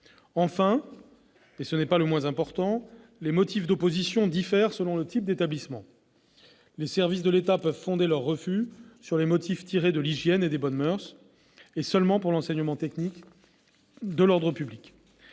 Enfin, et ce n'est pas le moins important, les motifs d'opposition diffèrent selon le type d'établissement : les services de l'État peuvent fonder leur refus sur les motifs tirés de l'hygiène et des bonnes moeurs et, seulement pour l'enseignement technique, de l'ordre public.